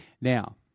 Now